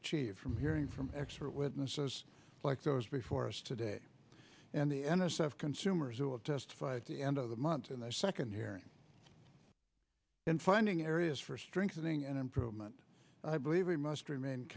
achieved from hearing from expert witnesses like those before us today and the n s f consumers will testify at the end of the month and their second hearing in finding areas for strengthening and improvement i believe we must remain